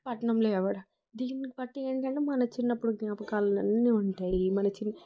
పట్నంలో ఎవరు దీనిబట్టి ఏంటి అంటే మన చిన్నప్పుడు జ్ఞాపకాలు అన్ని ఉంటాయి మన చిన్న